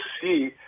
see